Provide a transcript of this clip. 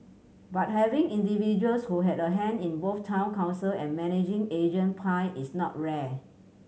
but having individuals who have a hand in both Town Council and managing agent pie is not rare